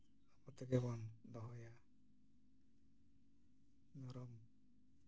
ᱟᱵᱚ ᱛᱮᱜᱮ ᱵᱚᱱ ᱫᱚᱦᱚᱭᱟ ᱫᱷᱚᱨᱚᱢ